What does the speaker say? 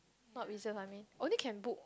not reserve I mean only can book